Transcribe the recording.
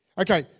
Okay